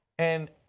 and,